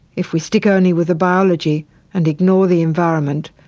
if we stick only with the biology and ignore the environment,